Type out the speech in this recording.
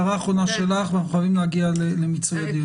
הערה אחרונה שלך ואנחנו חייבים להגיע למיצוי הדיון.